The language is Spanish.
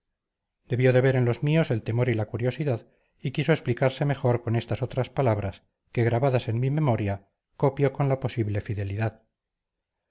debió de ver en los míos el temor y la curiosidad y quiso explicarse mejor con estas otras palabras que grabadas en mi memoria copio con la posible fidelidad